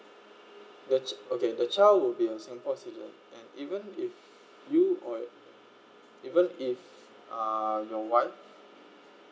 the okay the child will be a singapore citizen and even if you or even if uh your wife